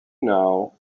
now